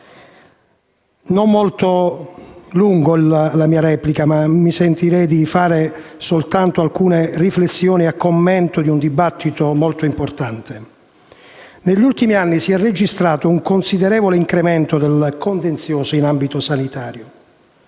sarà molto lunga; mi sentirei di fare soltanto alcune riflessioni a commento di un dibattito molto importante. Negli ultimi anni si è registrato un considerevole incremento del contenzioso in ambito sanitario.